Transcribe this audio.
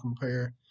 compare